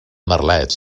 merlets